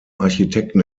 architekten